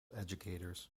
educators